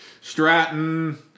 Stratton